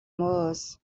moors